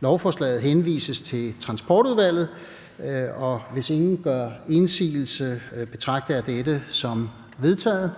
lovforslaget henvises til Transportudvalget. Hvis ingen gør indsigelse, betragter jeg dette som vedtaget.